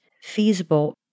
feasible